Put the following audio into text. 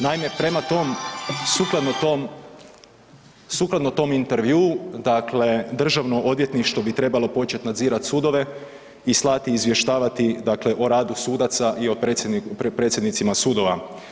Naime, prema tom, sukladno tom, sukladno tom intervjuu dakle Državno odvjetništvo bi trebalo početi nadzirati sudove i slati, izvještavati dakle o radu sudaca i o predsjednicima sudova.